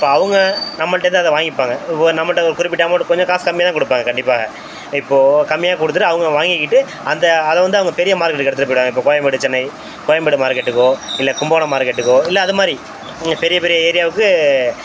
இப்போ அவங்க நம்மள்கிட்டேருந்து அதை வாங்கிப்பாங்க ஓ நம்மள்கிட்ட குறிப்பிட்ட அமௌண்ட்டு கொஞ்சம் காசு கம்மியாக தான் கொடுப்பாங்க கண்டிப்பாக இப்போ கம்மியா கொடுத்துட்டு அவங்க வாங்கிக்கிட்டு அந்த அதை வந்து அவங்க பெரிய மார்க்கெட்டுக்கு எடுத்துகிட்டு போய்விடுவாங்க இப்போ கோயம்பேடு சென்னை கோயம்பேடு மார்க்கெட்டுக்கோ இல்லை கும்பகோணம் மார்க்கெட்டுக்கோ இல்லை அது மாதிரி பெரிய பெரிய ஏரியாவுக்கு